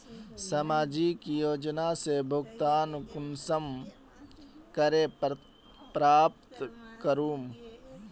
सामाजिक योजना से भुगतान कुंसम करे प्राप्त करूम?